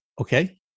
Okay